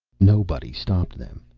nobody stopped them.